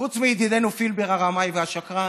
חוץ מידידנו פילבר הרמאי והשקרן,